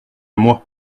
moi